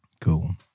Cool